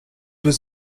was